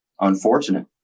unfortunate